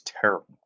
terrible